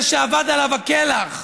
זה שאבד עליו כלח,